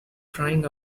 crying